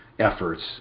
efforts